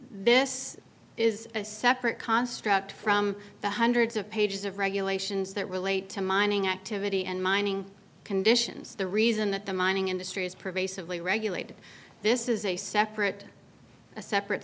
this is a separate cost structure from the hundreds of pages of regulations that relate to mining activity and mining conditions the reason that the mining industry is pervasively regulated this is a separate a separate